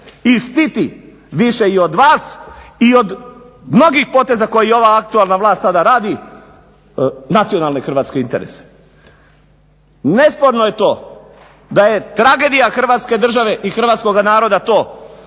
i štiti više i od vas i od mnogih poteza koje i ova aktualna vlast sada radi nacionalne hrvatske interese. Nesporno je to da je tragedija Hrvatske države i hrvatskoga naroda to